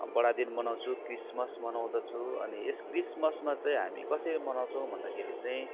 बडा दिन मनाउँछु क्रिसमस मनाउँदछौँ अनि यस क्रिसमसमा चाहिँ हामी कसरी मनाउँछौँ भन्दाखेरि चैँ